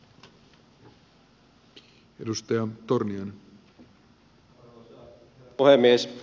arvoisa herra puhemies